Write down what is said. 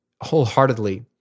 Wholeheartedly